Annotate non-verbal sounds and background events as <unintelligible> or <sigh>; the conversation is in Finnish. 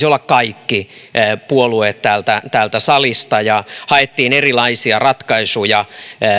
<unintelligible> olla kyllä kaikki puolueet täältä täältä salista ja haettiin erilaisia ratkaisuja